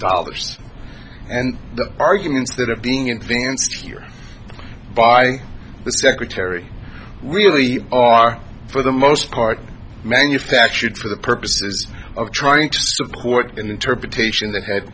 dollars and the arguments that are being in place by the secretary really are for the most part manufactured for the purposes of trying to support an interpretation that had